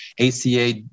ACA